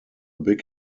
big